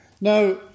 Now